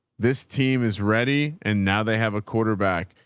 this team is ready and now they have a quarterback.